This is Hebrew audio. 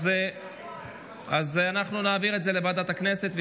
אז אנחנו נעביר את זה לוועדת הכנסת,